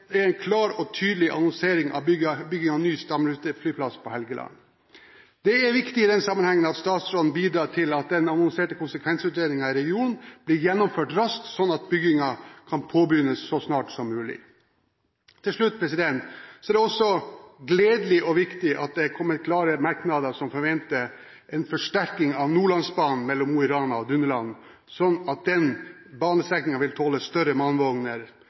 glad for en klar og tydelig annonsering av bygging av ny stamruteflyplass på Helgeland. Det er viktig i denne sammenhengen at statsråden bidrar til at den annonserte konsekvensutredningen i regionen blir gjennomført raskt, slik at byggingen kan påbegynnes så snart som mulig. Det er også gledelig og viktig at det er kommet klare merknader om at man forventer en forsterkning av Nordlandsbanen mellom Mo i Rana og Dunderland, slik at denne banestrekningen kan tåle større